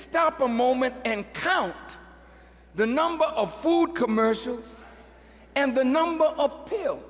stop a moment and count the number of food commercials and the number